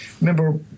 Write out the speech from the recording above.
remember